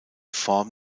form